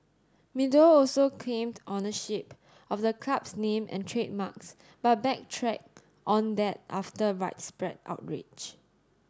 meadow also claimed ownership of the club's name and trademarks but backtracked on that after widespread outrage